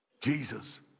Jesus